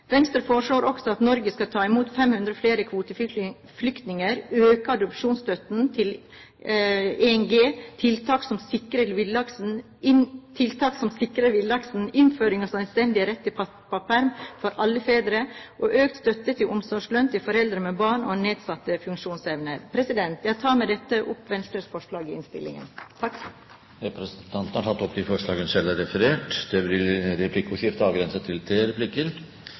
Venstre foreslår også at Norge skal ta imot 500 flere kvoteflyktninger, øke adopsjonsstøtten til 1 G, tiltak som sikrer villaksen, innføring av selvstendig rett til pappaperm for alle fedre og økt støtte til omsorgslønn til foreldre med barn med nedsatt funksjonsevne. Jeg tar med dette opp Venstres forslag i innstillingen. Representanten Borghild Tenden har tatt opp de forslagene hun refererte til. Det blir replikkordskifte. Det er mykje eg kunne ha spurt Venstre om, f.eks. om det næringsfondet for sjølvstendig næringsdrivande som dei har